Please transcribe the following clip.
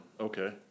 Okay